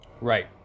Right